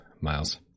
miles